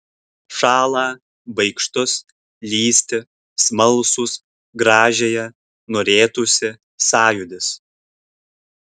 šąlą baikštus lįsti smalsūs gražiąją norėtųsi sąjūdis